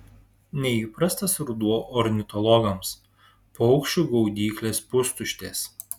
neįprastas ruduo ornitologams paukščių gaudyklės pustuštės